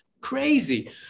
crazy